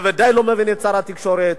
בוודאי לא מבין את שר התקשורת.